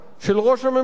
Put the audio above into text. מר עוזי ארד,